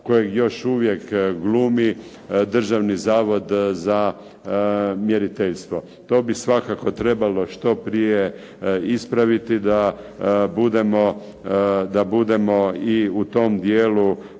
kojeg još uvijek glumi Državni zavod za mjeriteljstvo. To bi svakako trebalo što prije ispraviti da budemo i u tom dijelu